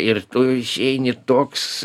ir tu išeini toks